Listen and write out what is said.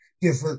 different